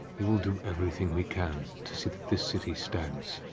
we will do everything we can to see that this city stands.